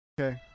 okay